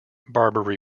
barbary